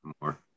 more